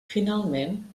finalment